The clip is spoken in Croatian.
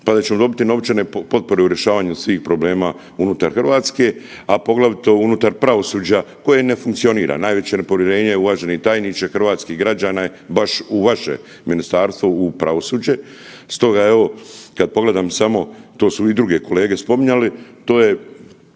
pa da ćemo dobiti novčane potpore u rješavanju svih problema unutar Hrvatske, a poglavito unutar pravosuđa koje ne funkcionira. Najveće povjerenje uvaženi tajniče hrvatskih građana je baš u vaše ministarstvo u pravosuđe. Stoga evo kada pogledam samo to su i druge kolege spominjali, to je